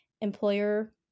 employer